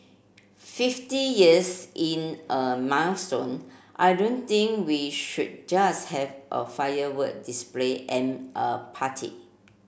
fifty years in a milestone I don't think we should just have a firework display and a party